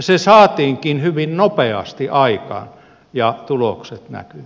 se saatiinkin hyvin nopeasti aikaan ja tulokset näkyvät